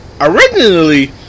originally